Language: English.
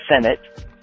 Senate